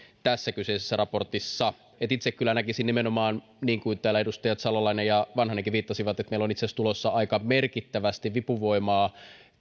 tässä kyseisessä raportissa itse kyllä näkisin nimenomaan niin kuin täällä edustajat salolainen ja vanhanenkin viittasivat että meillä on itse asiassa tulossa aika merkittävästi vipuvoimaa